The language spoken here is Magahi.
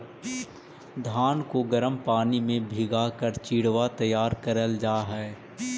धान को गर्म पानी में भीगा कर चिड़वा तैयार करल जा हई